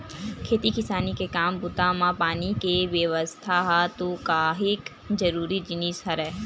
खेती किसानी के काम बूता म पानी के बेवस्था ह तो काहेक जरुरी जिनिस हरय